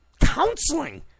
counseling